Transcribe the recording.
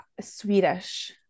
Swedish